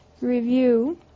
review